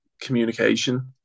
communication